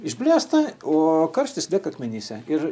išblėsta o karštis lieka akmenyse ir